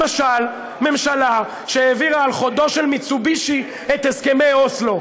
למשל ממשלה שהעבירה על חודו של מיצובישי את הסכמי אוסלו.